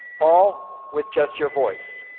all with just your voice.